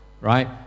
right